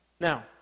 Now